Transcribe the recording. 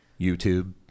YouTube